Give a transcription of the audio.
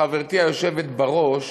חברתי היושבת בראש,